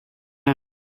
hour